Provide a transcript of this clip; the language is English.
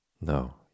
No